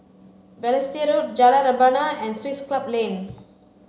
Balestier Road Jalan Rebana and Swiss Club Lane